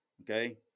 okay